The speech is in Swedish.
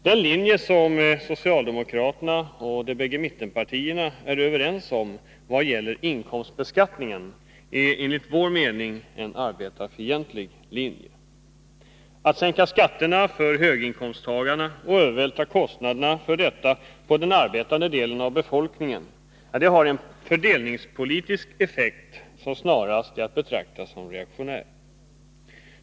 Den linje som socialdemokraterna och de bägge mittenpartierna är överens om vad gäller inkomstbeskattningen är enligt vår mening en arbetarfientlig linje. Att sänka skatterna för höginkomsttagarna och övervältra kostnaderna för detta på den arbetande delen av befolkningen har en fördelningspolitisk effekt som snarast är att betrakta som reaktionär.